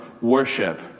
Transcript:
worship